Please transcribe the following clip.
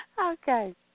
Okay